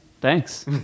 Thanks